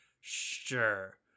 Sure